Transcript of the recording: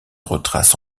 retrace